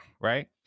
right